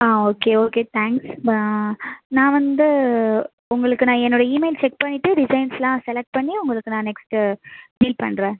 ஆ okay okay thanks நான் வந்து உங்களுக்கு நான் என்னோட இமெயில் செக் பண்ணிவிட்டு டிசைன்ஸ்யெலாம் செலக்ட் பண்ணி உங்களுக்கு நான் நெக்ஸ்ட்டு டீல் பண்ணுறேன்